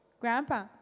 Grandpa